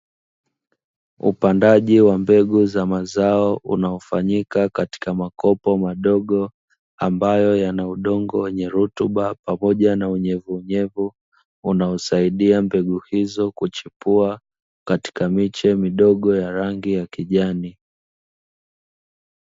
Upandaji wa mbegu za mazao unaofanyika katika makopo madogo, ambayo yana udongo wenye rutuba pamoja na unyevuunyevu, unaosaidia mbegu hizo kuchipua katika miche midogo ya rangi ya kijani.